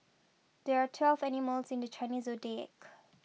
there are twelve animals in the Chinese zodiac